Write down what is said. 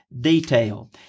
detail